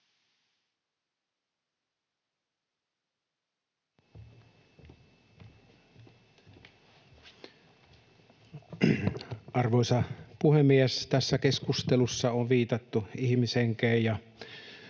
Arvoisa puhemies! Tässä keskustelussa on viitattu ihmishenkeen, ja